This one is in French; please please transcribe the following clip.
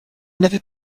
n’avait